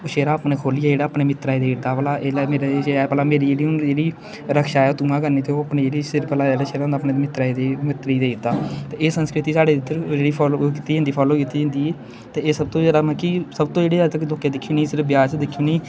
ओह् सेह्रा अपने खोल्लियै जेह्ड़ा ऐ अपने मित्तरै गी देई ओड़दा ऐ भला एह् लै मेरे एह् ऐ जे है जेह्ड़ी हून जेह्ड़ी रक्षा ऐ ओह् तूं गै करनी ऐ ते तूं अपनी ओह् जेह्ड़ी सिर उप्पर लाने आह्ला सेह्रा होंदा अपने मित्तरै गी देई मित्तर गी देई ओड़दा ते एह् संस्कृति साढ़े इद्धर जेह्ड़ी फालो कीती जंदी फालो कीती जंदी ही ते एह् सबतों जैदा मतलब कि सबतों जेह्ड़ी अज्ज तक लोकें दिक्खी होनी सिर्फ ब्याह च दिक्खी होनी पर